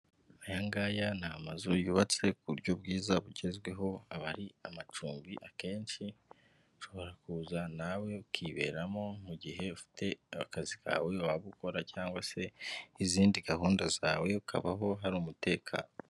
Aya ngaya ni amazu yubatse ku buryo bwiza bugezweho, aba ari amacumbi akenshi ushobora kuza nawe ukiberamo, mugihe ufite akazi kawe waba ukora cyangwa se izindi gahunda zawe ukabaho hari umutekano.